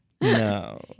no